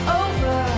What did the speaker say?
over